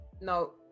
no